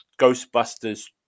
Ghostbusters